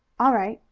all right.